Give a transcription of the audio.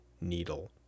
Needle